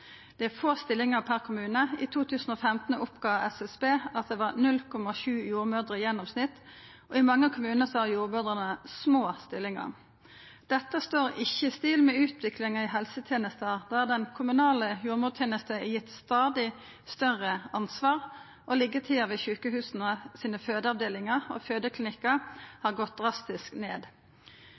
Det er få stillingar per kommune. I 2015 oppgav SSB at det var 0,7 jordmødrer i gjennomsnitt, og i mange kommunar har jordmødrene små stillingar. Dette står ikkje i stil med utviklinga i helsetenesta der den kommunale jordmortenesta er gitt eit stadig større ansvar, og liggjetida ved sjukehusa sine fødeavdelingar og fødeklinikkar har gått drastisk ned.